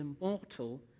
immortal